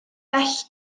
bell